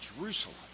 jerusalem